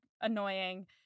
annoying